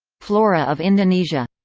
flora of indonesia